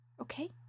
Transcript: Okay